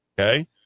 okay